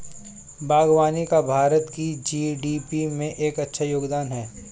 बागवानी का भारत की जी.डी.पी में एक अच्छा योगदान है